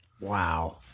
Wow